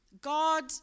God